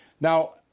Now